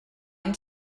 any